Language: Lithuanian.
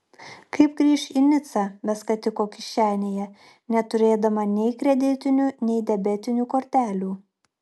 kaip grįš į nicą be skatiko kišenėje neturėdama nei kreditinių nei debetinių kortelių